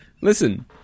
Listen